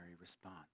response